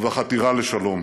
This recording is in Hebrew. ובחתירה לשלום.